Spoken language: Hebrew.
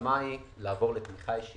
המגמה היא לעבור לתמיכה ישירה,